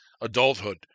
adulthood